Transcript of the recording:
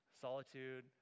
solitude